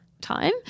time